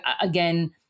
again